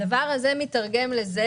הדבר הזה מיתרגם לכך,